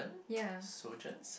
ya